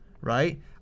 right